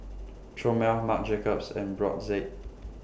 Chomel Marc Jacobs and Brotzeit